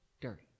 Dirty